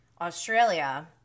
australia